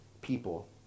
people